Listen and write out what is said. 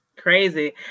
Crazy